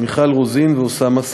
מיכל רוזין ואוסאמה סעדי.